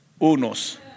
Unos